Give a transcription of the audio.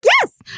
yes